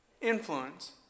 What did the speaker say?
influence